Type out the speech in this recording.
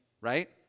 right